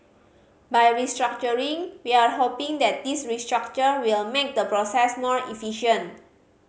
by restructuring we are hoping that this restructure will make the process more efficient